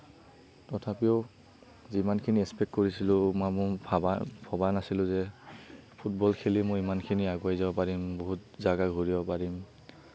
তথাপিও যিমানখিনি এক্সপেক্ট কৰিছিলোঁ বা মই ভাবা ভবা নাছিলোঁ যে ফুটবল খেলি মই ইমানখিনি আগুৱাই যাব পাৰিম বহুত জাগা ঘুৰিব পাৰিম